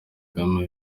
kagame